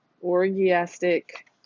orgiastic